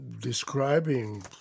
describing